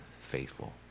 faithful